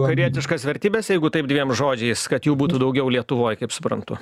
vakarietiškas vertybės jeigu taip dviem žodžiais kad jų būtų daugiau lietuvoj kaip suprantu